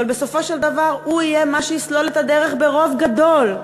אבל בסופו של דבר הוא יהיה מה שיסלול את הדרך ברוב גדול,